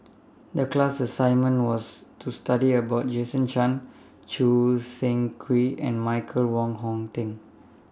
The class assignment was to study about Jason Chan Choo Seng Quee and Michael Wong Hong Teng